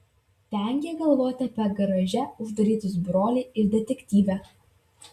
vengė galvoti apie garaže uždarytus brolį ir detektyvę